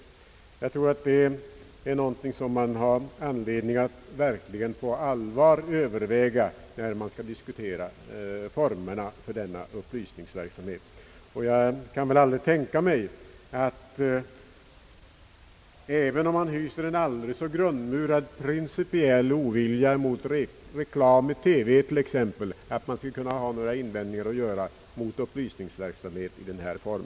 Vi har anledning att verkligen på allvar överväga detta när vi diskuterar formerna för denna upplysningsverksamhet. Jag kan inte tänka mig att man — även om man hyser en aldrig så grundmurad principiell motvilja mot t.ex. reklam i TV — skulle kunna ha några invändningar att göra mot upplysningsverksamhet i denna form.